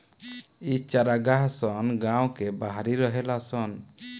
इ चारागाह सन गांव के बाहरी रहेला सन